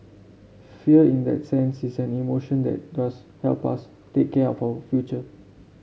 fear in that sense is an emotion that does help us take care of our future